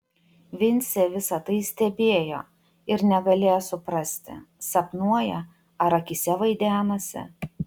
vincė visa tai stebėjo ir negalėjo suprasti sapnuoja ar akyse vaidenasi